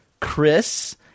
chris